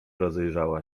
rozejrzała